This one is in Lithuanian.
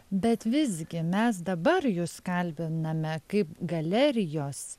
bet visgi mes dabar jus kalbiname kaip galerijos